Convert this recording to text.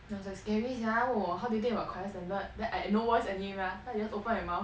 it was like scary sia 问我 how do you think about choir standard then I I no voice anyway mah so I just open my mouth